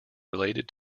related